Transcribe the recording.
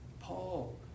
Paul